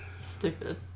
stupid